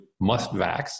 must-vax